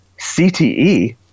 CTE